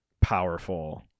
powerful